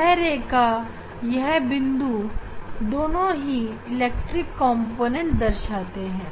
यह रेखा और यह बिंदु दोनों ही इलेक्ट्रिक कॉम्पोनेंटदर्शाते हैं